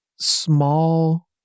small